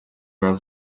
нас